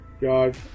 God